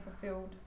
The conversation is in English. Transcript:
fulfilled